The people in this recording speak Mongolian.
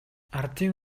ардын